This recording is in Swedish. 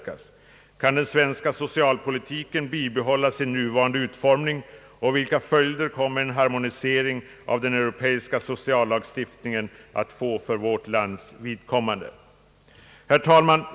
Kan den svenska socialpolitiken bibehålla sin nuvarande utformning, och vilka följder kommer en harmoniering av den europeiska sociallagstiftningen att få för Sveriges vidkommande? Herr talman!